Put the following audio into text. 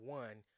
one